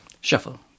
Shuffle